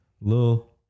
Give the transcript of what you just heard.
little